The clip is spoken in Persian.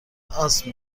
آسم